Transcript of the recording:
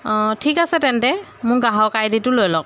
অঁ ঠিক আছে তেন্তে মোৰ গ্ৰাহক আইডি টো লৈ লওক